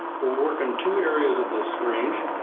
we'll work in two areas of this range,